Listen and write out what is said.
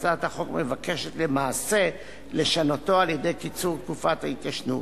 והצעת החוק מבקשת למעשה לשנותו על-ידי קיצור תקופת ההתיישנות.